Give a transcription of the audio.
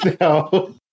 no